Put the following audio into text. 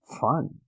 fun